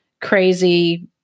crazy